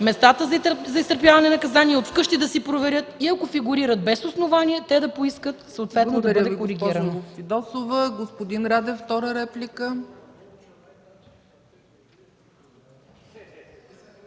местата за изтърпяване на наказание, и от вкъщи да си проверят. Ако фигурират без основание, те да поискат съответно да бъдат коригирани.